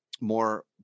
more